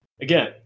again